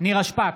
נירה שפק,